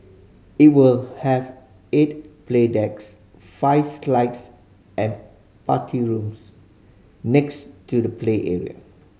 it will have eight play decks five slides and party rooms next to the play area